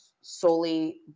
solely